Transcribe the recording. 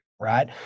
right